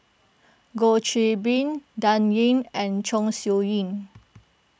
Goh Qiu Bin Dan Ying and Chong Siew Ying